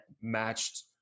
matched